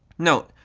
note,